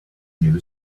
new